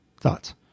Thoughts